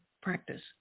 practice